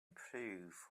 improve